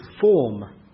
form